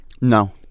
No